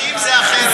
בשטחים זה אחרת.